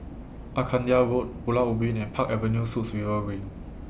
Arcadia Road Pulau Ubin and Park Avenue Suites River Wing